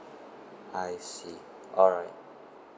I see alright